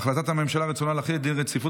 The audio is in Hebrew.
הודעת הממשלה על רצונה להחיל דין רציפות